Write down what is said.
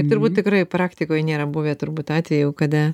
turbūt tikrai praktikoj nėra buvę turbūt atvejų kada